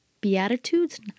Beatitudes